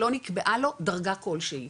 שלא נקבעה לו דרגה כלשהי,